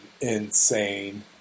insane